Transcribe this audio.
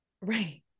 Right